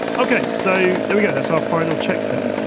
okay, so, there we go. that's our final check there.